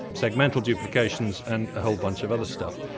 segmental duplications, and a whole bunch of other stuff.